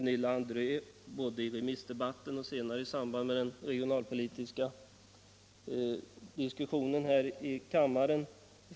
Gunilla André har understrukit dessa synpunkter både i remissdebatten och senare i samband med den regionalpolitiska diskussionen här i kammaren.